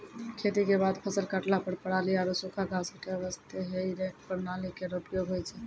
खेती क बाद फसल काटला पर पराली आरु सूखा घास हटाय वास्ते हेई रेक प्रणाली केरो उपयोग होय छै